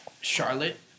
Charlotte